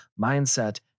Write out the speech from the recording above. mindset